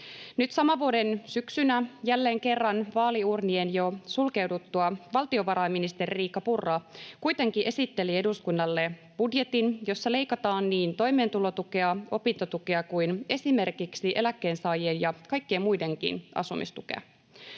Nyt saman vuoden syksynä, jälleen kerran vaaliuurnien jo sulkeuduttua, valtiovarainministeri Riikka Purra kuitenkin esitteli eduskunnalle budjetin, jossa leikataan niin toimeentulotukea, opintotukea kuin esimerkiksi eläkkeensaajien ja kaikkien muidenkin asumistukea.